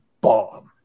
BOMB